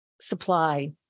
supply